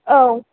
आव